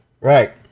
Right